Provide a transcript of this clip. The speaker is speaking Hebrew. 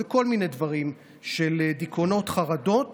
אלה כל מיני דברים של דיכאונות וחרדות